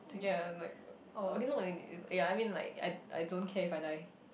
ya like what okay not ya I mean like I I don't care if I die